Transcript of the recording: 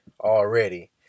already